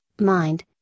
mind